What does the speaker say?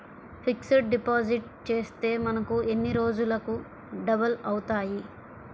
Fixed deposit చేస్తే మనకు ఎన్ని రోజులకు డబల్ అవుతాయి?